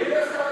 אדוני השר,